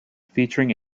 featuring